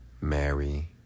Mary